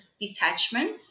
detachment